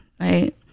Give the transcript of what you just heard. Right